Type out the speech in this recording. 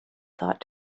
thought